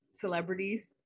celebrities